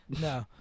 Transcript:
No